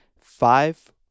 five